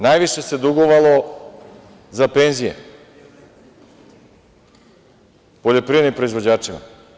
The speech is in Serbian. Najviše se dugovalo za penzije, poljoprivrednim proizvođačima.